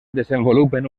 desenvolupen